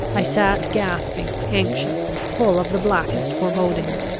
i sat gasping, anxious, full of the blackest forebodings.